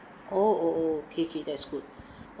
oh oh oh okay okay that's good